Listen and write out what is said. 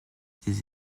des